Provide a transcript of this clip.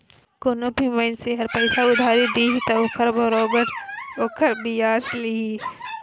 कोनो भी मइनसे ह पइसा उधारी दिही त ओखर बरोबर ओखर बियाज लेही